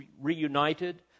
reunited